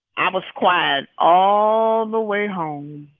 i was quiet all the way home.